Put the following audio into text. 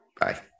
Bye